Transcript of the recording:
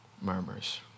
murmurs